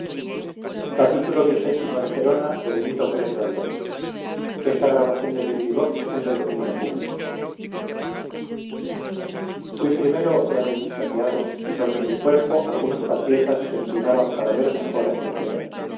fui primero hollado y pisoteado y sobre mi cuerpo algunos patriotas se empinaban para ver mejor hacia fuera